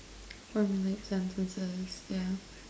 formulate sentences ya